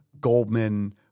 Goldman